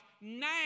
now